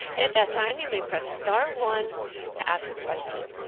at that time you may press star one to ask a question.